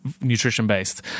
nutrition-based